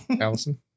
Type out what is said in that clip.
Allison